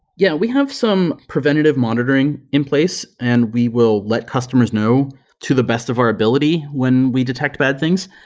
yeah. we have some preventative monitoring in place and we will let customers know to the best of our ability when we detect bad things.